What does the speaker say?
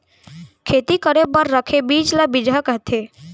खेती करे बर रखे बीज ल बिजहा कथें